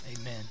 Amen